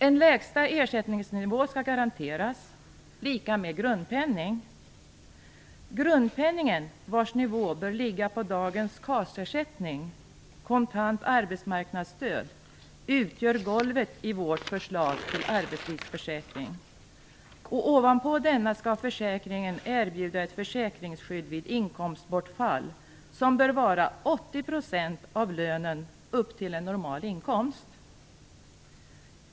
En lägsta ersättningsnivå som är lika med en grundpenning skall garanteras. Grundpenningens nivå bör ligga på samma nivå som dagens kontanta arbetsmarknadsstöd, dvs. KAS-ersättningen. Denna grundpenning utgör golvet i vårt förslag till arbetslivsförsäkring. Ovanpå denna skall försäkringen erbjuda ett försäkringsskydd vid inkomstbortfall som bör motsvara 80 % av lönen upp till en normal inkomst.